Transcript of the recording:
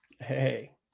Hey